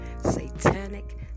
satanic